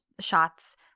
Shots